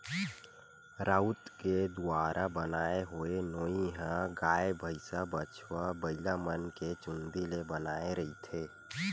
राउत के दुवारा बनाय होए नोई ह गाय, भइसा, बछवा, बइलामन के चूंदी ले बनाए रहिथे